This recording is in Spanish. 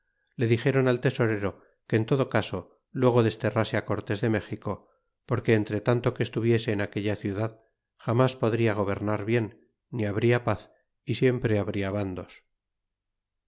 le dixeron al tesorero que en todo caso luego desterrase á cortés de méxico porque entre tanto que estuviese en aquella ciudad jamas podria gobernar bien ni habría paz y siempre habria bandos